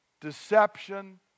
deception